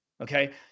Okay